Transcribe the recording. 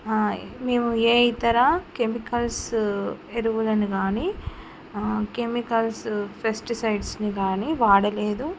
మేము ఏ ఇతర కెమికల్స్ ఎరువులనిగాని కెమికల్స్ ఫెస్టిసైడ్స్ని గానీ వాడలేదు